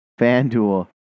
FanDuel